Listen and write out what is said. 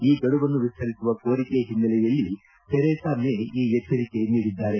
ಈ ಗಡುವನ್ನು ವಿಸ್ತರಿಸುವ ಕೋರಿಕೆ ಹಿನ್ನೆಲೆಯಲ್ಲಿ ತೆರೇಸಾ ಮೇ ಈ ಎಚ್ಚರಿಕೆ ನೀಡಿದ್ದಾರೆ